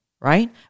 right